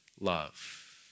love